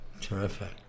Terrific